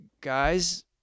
guys